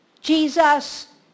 Jesus